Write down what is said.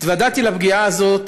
התוודעתי לפגיעה הזאת